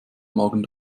magen